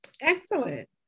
Excellent